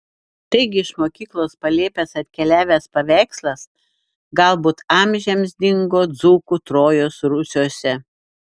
taigi iš mokyklos palėpės atkeliavęs paveikslas galbūt amžiams dingo dzūkų trojos rūsiuose